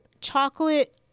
chocolate